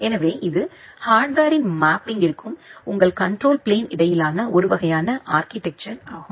எனவே இது ஹார்ட்வேர்ரின் மேப்பிங்கிற்கும் உங்கள் கண்ட்ரோல் பிளேன் இடையிலான ஒரு வகையான ஆர்கிடெக்சர் ஆகும்